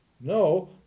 No